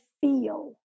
feel